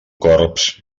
corbs